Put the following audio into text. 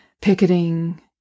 picketing